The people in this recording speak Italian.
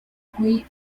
quei